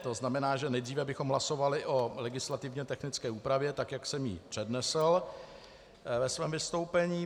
To znamená, že nejdříve bychom hlasovali o legislativně technické úpravě, tak jak jsem ji přednesl ve svém vystoupení.